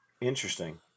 interesting